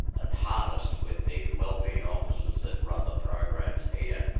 and hardest with the well-being officers that run the programs here,